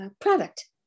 product